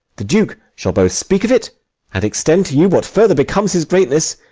the duke shall both speak of it and extend to you what further becomes his greatness,